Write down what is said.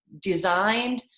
designed